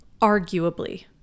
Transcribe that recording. arguably